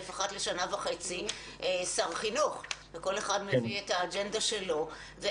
אחת לשנה וחצי שר חינוך וכל אחד מביא את האג'נדה שלו.